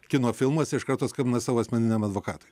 kino filmuose iš karto skambina savo asmeniniam advokatui